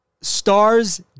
Stars